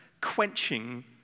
quenching